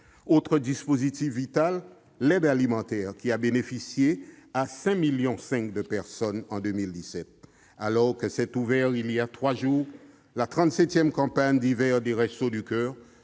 Autre dispositif vital, l'aide alimentaire, qui a bénéficié à 5,5 millions de personnes en 2017. Alors que s'est ouverte, il y a trois jours, la trente-cinquième campagne d'hiver des Restos du coeur,